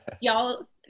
Y'all